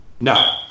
No